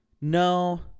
No